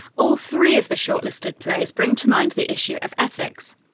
all three of the shortlisted plays bring to mind the issue of ethics.